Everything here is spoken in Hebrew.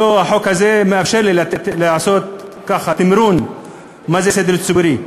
החוק הזה מאפשר לה לעשות תמרון מה זה סדר ציבורי.